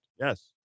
Yes